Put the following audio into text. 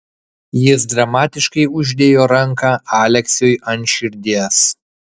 jis dramatiškai uždėjo ranką aleksiui ant širdies